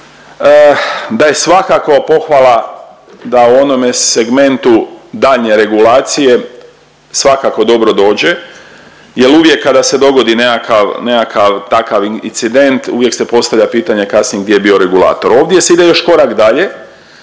da je svakako pohvala da u onome segmentu daljnje regulacije svakako dobro dođe jel uvijek kada se dogodi nekakav, nekakav takav incident uvijek se postavlja pitanje kasnije gdje je bio regulator. Ovdje se ide još korak dalje,